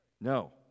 No